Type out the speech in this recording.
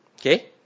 Okay